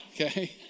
Okay